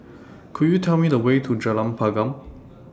Could YOU Tell Me The Way to Jalan Pergam